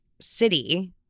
City